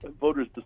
voters